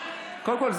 קודם כול,